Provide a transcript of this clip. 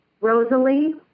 Rosalie